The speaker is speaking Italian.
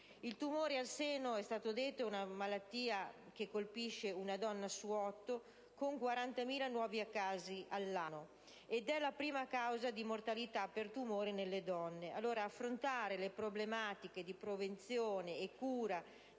Il tumore al seno, come è stato detto, è una malattia che colpisce una donna su otto, con 40.000 nuovi casi l'anno, ed è la prima causa di mortalità per tumore nelle donne. Affrontare le problematiche di prevenzione e cura